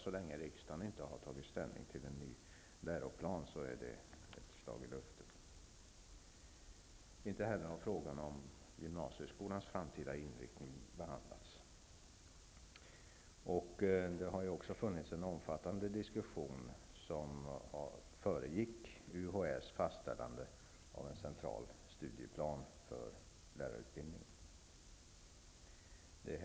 Så länge riksdagen inte har tagit ställning till en ny läroplan är det självfallet ett slag i luften. Inte heller frågan om gymnasieskolans framtida inriktning har behandlats. En omfattande diskussion föregick ju UHÄ:s fastställande av en central studieplan för lärarutbildningen.